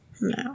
No